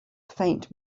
faint